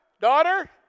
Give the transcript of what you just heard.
daughter